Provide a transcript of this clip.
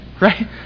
right